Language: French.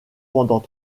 pendant